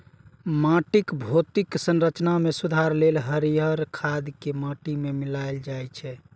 माटिक भौतिक संरचना मे सुधार लेल हरियर खाद कें माटि मे मिलाएल जाइ छै